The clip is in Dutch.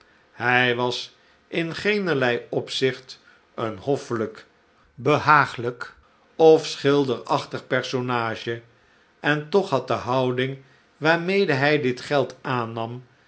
hij was in geenerlei opzicht een hoffelijk behaaglijk of schilderachtig personage en toch had de houding waarmede hij dit geld aannam